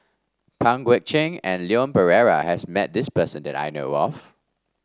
Pang Guek Cheng and Leon Perera has met this person that I know of